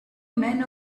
men